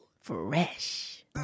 Fresh